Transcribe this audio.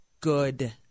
Good